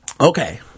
Okay